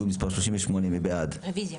מי בעד הרוויזיה